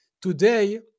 today